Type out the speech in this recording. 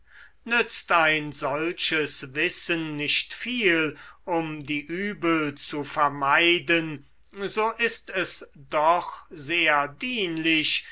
nützt ein solches wissen nicht viel um die übel zu vermeiden so ist es doch sehr dienlich